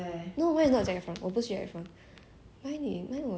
I don't know leh I think it was some korean idols ah eh no no no